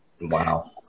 Wow